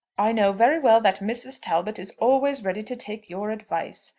i know very well that mrs. talbot is always ready to take your advice.